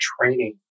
training